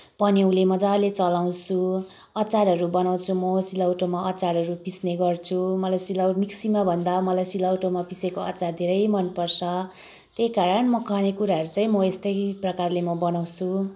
पन्युले मजाले चलाउँछु अचारहरू बनाउँछु म सिलौटोमा अचारहरू पिस्ने गर्छु मलाई सिलौ मिक्सीमाभन्दा मलाई सिलौटोमा पिसेको अचार धेरै मनपर्छ त्यही कारण म खानेकुराहरू चाहिँ म यस्तै प्रकारले म बनाउँछु